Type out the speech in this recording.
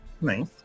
Nice